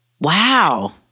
Wow